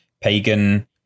pagan